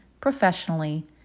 professionally